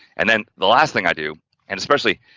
and then the last thing, i do and especially,